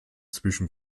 zwischen